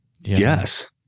Yes